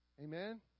amen